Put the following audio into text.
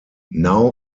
now